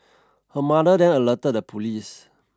her mother then alerted the police